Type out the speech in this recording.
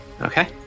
Okay